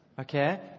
Okay